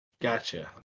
gotcha